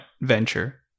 venture